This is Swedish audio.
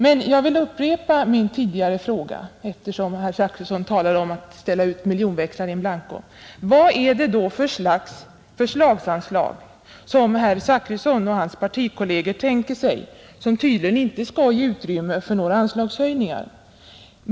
Men eftersom herr Zachrisson talade om att ställa ut miljonväxlar in blanco vill jag upprepa min tidigare fråga: Vad är det då för sorts förslagsanslag som herr Zachrisson och hans partikolleger tänker sig, som tydligen inte skall ge utrymme för några utgiftsökningar?